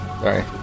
Sorry